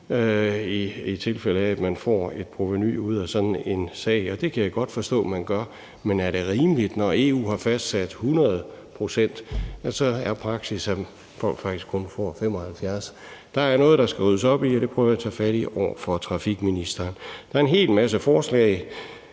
i tilfælde af at man får et provenu ud af sådan en sag. Og det kan jeg godt forstå at man gør. Men er det rimeligt, når EU har fastsat 100 pct., at praksis er, at folk faktisk kun får 75 pct. Der er noget, der skal ryddes op i, og det prøver jeg at tage fat i over for transportministeren. Der er en hel masse forslag